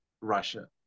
Russia